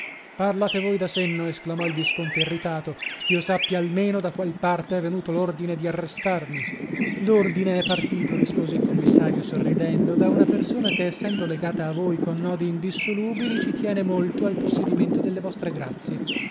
parlate voi da senno esclamò il visconte irritato ch'io sappia almeno da qual parte è venuto l'ordine di arrestarmi l'ordine è partito rispose il commissario sorridendo da una persona che essendo legata a voi con nodi indissolubili ci tiene molto al possedimento delle vostre grazie